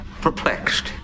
perplexed